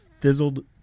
fizzled